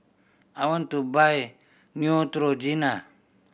I want to buy Neutrogena